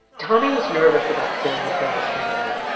tommy was nervous about suing makayla's family,